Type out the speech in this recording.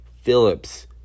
Phillips